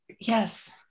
yes